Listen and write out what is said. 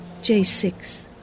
J6